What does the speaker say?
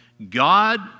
God